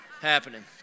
happening